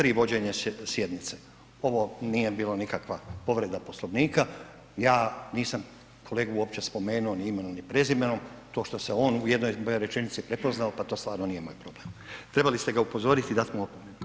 Čl. 33. vođenje sjednice, ovo nije bila nikakva povreda Poslovnika, ja nisam kolegu uopće spomenuo ni imenom, ni prezimenom, to što se on u jednoj mojoj rečenici prepoznao, pa to stvarno nije moj problem, trebali ste ga upozoriti da smo.